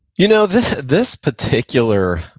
you know, this this particular